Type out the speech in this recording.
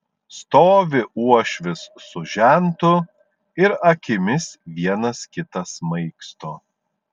stovi uošvis su žentu ir akimis vienas kitą smaigsto